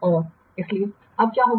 और इसलिए क्या होगा